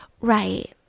right